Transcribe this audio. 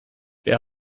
wer